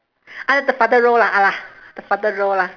ah the father role lah ah the father role lah